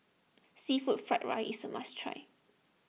Seafood Fried Rice is a must try